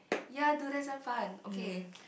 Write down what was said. ya dude that some fun okay